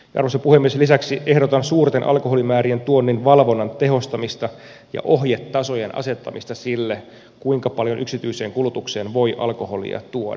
lisäksi ehdotan suurten alkoholimäärien tuonnin valvonnan tehostamista ja ohjetasojen asettamista sille kuinka paljon yksityiseen kulutukseen voi alkoholia tuoda